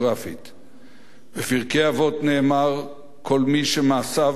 בפרקי אבות נאמר: "כל שמעשיו מרובים מחוכמתו,